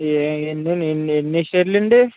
ఎ ఎండి ఎన్ ఎన్ని స్టేర్లు అండి